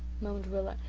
moaned rilla,